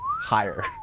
higher